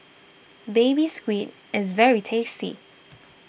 Baby Squid is very tasty